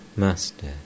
Master